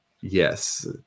yes